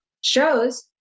shows